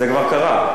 זה כבר קרה.